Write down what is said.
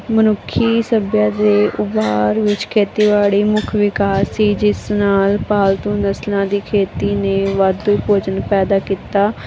ਮਨੁੱਖੀ ਸੱਬਿਅਤਾ ਦੇ ਉਬਾਰ ਵਿੱਚ ਖੇਤੀਬਾੜੀ ਮੁੱਖ ਵਿਕਾਸ ਸੀ ਜਿਸ ਨਾਲ ਪਾਲਤੂ ਫਸਲਾਂ ਦੀ ਖੇਤੀ ਨੇ ਵਾਧੂ ਭੋਜਨ ਪੈਦਾ ਕੀਤਾ